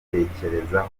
kwitekerezaho